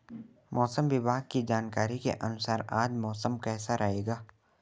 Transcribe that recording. मौसम विभाग की जानकारी के अनुसार आज मौसम कैसा रहेगा?